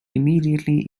immediately